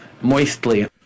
Moistly